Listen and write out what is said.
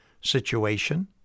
situation